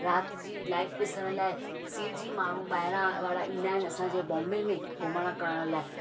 राति जी लाइफ ॾिसण लाइ सिरजी माण्हू ॿाहिरां वारा ईंदा आहिनि असांजे बॉम्बे में घुमणु करण लाइ